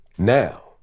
Now